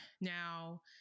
Now